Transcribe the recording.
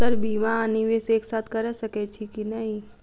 Sir बीमा आ निवेश एक साथ करऽ सकै छी की न ई?